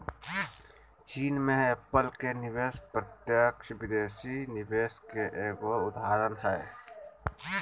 चीन मे एप्पल के निवेश प्रत्यक्ष विदेशी निवेश के एगो उदाहरण हय